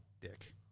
dick